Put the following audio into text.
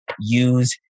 use